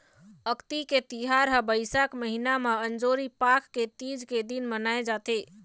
अक्ती के तिहार ह बइसाख महिना म अंजोरी पाख के तीज के दिन मनाए जाथे